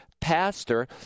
pastor